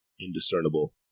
indiscernible